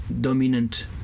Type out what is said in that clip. dominant